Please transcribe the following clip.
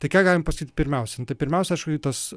tai ką galim pasakyt pirmiausia pirmiausia aišku tas